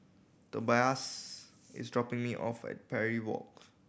Tobias is dropping me off at Parry Walk